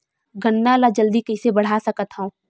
गन्ना ल जल्दी कइसे बढ़ा सकत हव?